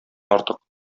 артык